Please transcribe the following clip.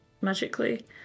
Magically